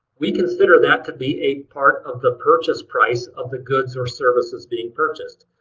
we consider that to be a part of the purchase price of the goods or services being purchased.